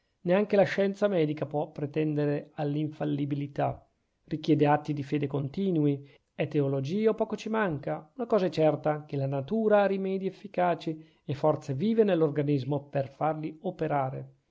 neanche la scienza medica può pretendere all'infallibilità richiede atti di fede continui è teologia o poco ci manca una cosa è certa che la natura ha rimedi efficaci e forze vive nell'organismo per farli operare